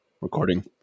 recording